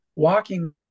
walking